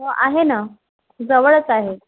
हो आहे ना जवळच आहे